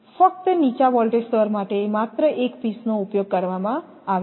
ફક્ત નીચા વોલ્ટેજ સ્તર માટે માત્ર એક પીસ નો ઉપયોગ કરવામાં આવે છે